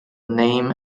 name